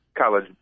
college